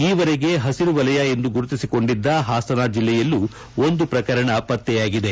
ಈವರೆಗೂ ಪಸಿರು ವಲಯ ಎಂದು ಗುರುತಿಸಿಕೊಂಡಿದ್ದ ಹಾಸನ ಜಿಲ್ಲೆಯಲ್ಲೂ ಒಂದು ಪ್ರಕರಣ ಪತ್ತೆಯಾಗಿದೆ